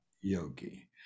yogi